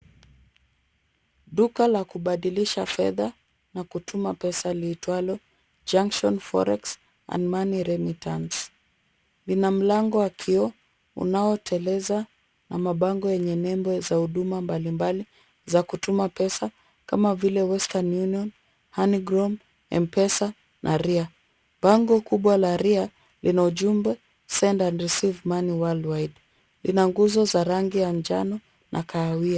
Duka la kubadilisha fedha na kutuma pesa liitwalo, Junction forex and money remittance. Lina mlango wa kioo unaoteleza na mabango yenye nembo za huduma mbalimbali za kutuma pesa kama vile; western union, honey gram, M-pesa na ria. Bango kubwa la ria, lina ujumbe send and receive money worldwide . Lina nguzo za rangi ya njano na kahawia.